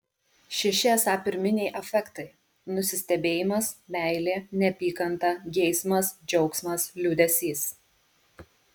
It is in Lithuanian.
šeši esą pirminiai afektai nusistebėjimas meilė neapykanta geismas džiaugsmas liūdesys